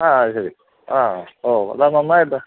ആ അതുശരി ആ ഓ അത് നന്നായല്ലോ